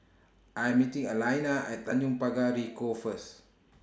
I Am meeting Alaina At Tanjong Pagar Ricoh First